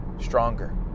stronger